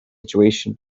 situation